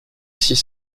six